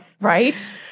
Right